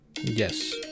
Yes